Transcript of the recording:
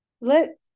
Let